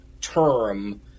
term